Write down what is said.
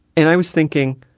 and i was thinking,